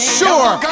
sure